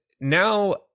now